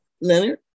Leonard